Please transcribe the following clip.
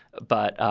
but,